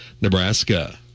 Nebraska